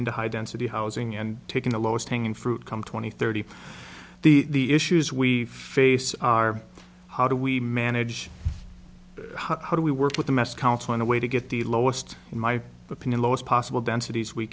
into high density housing and taking the lowest hanging fruit come twenty thirty the issues we face are how do we manage how do we work with the mess council in a way to get the lowest in my opinion lowest possible densities we